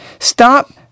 Stop